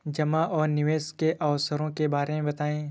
जमा और निवेश के अवसरों के बारे में बताएँ?